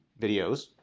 videos